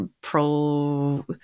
Pro